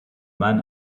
man